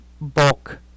bulk